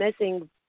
missing